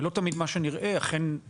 ולא תמיד מה שנראה אכן...